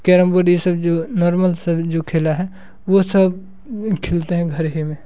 carrom board ये सब जो नॉर्मल से जो खेल हैं वो सब खेलते हैं घर ही में